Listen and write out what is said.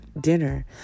dinner